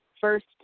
first